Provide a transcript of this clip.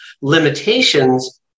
limitations